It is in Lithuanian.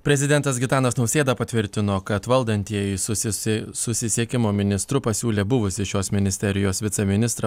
prezidentas gitanas nausėda patvirtino kad valdantieji susisi susisiekimo ministru pasiūlė buvusį šios ministerijos viceministrą